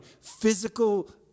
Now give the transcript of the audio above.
physical